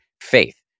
faith